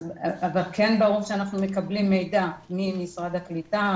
אבל כן ברור שאנחנו מקבלים מידע ממשרד הקליטה,